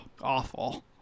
Awful